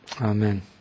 Amen